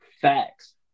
facts